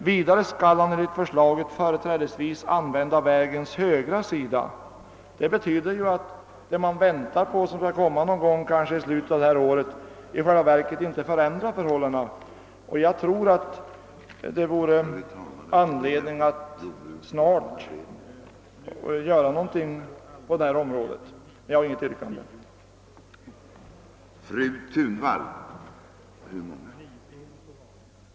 Vidare skall han enligt förslaget företrädesvis använda vägens högra sida.» Det förslag som vi således har att vänta i slutet av detta år förändrar i själva verket inte de nuvarande förhållandena. Det vore anledning att snart göra någonting på detta område. Dock har jag nu inget yrkande, herr talman!